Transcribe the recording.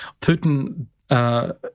Putin